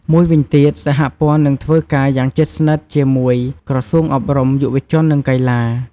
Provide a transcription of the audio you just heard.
មួយវិញទៀតសហព័ន្ធនឹងធ្វើការយ៉ាងជិតស្និទ្ធជាមួយក្រសួងអប់រំ យុវជន និងកីឡា។